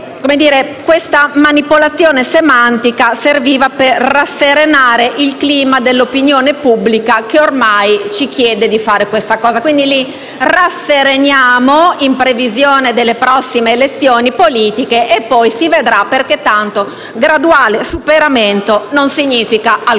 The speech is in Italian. questa manipolazione semantica servisse per rasserenare il clima nell'opinione pubblica che ormai ci chiede di compiere questo passo. Quindi li rassereniamo in previsione delle prossime elezioni politiche e poi si vedrà, perché tanto «graduale superamento» non significa alcunché.